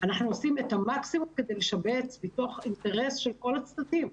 אנחנו עושים את המקסימום כדי לשבץ מתוך אינטרס של כל הצדדים.